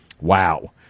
Wow